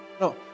No